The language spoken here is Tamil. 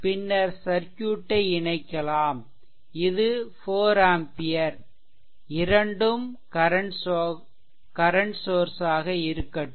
பின்னர் சர்க்யூட்டை இணைக்கலாம் இது 4 ஆம்பியர் இரண்டும் கரன்ட் சோர்ஸ் ஆக இருக்கட்டும்